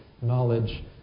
knowledge